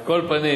על כל פנים,